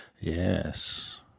Yes